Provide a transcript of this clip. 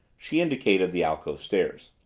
she indicated the alcove stairs.